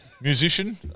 Musician